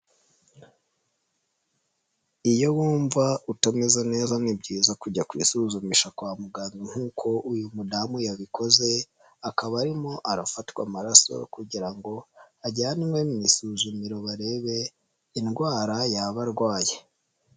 Iyo wumva utameze neza ni byiza kujya kwisuzumisha kwa muganga nkuko uyu mudamu yabikoze, akaba arimo arafatwa amaraso kugira ngo ajyanwe mu isuzumiro barebe indwara yaba arwaye.